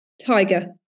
Tiger